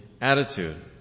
attitude